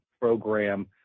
program